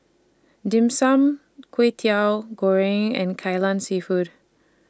Dim Sum Kwetiau Goreng and Kai Lan Seafood